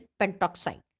pentoxide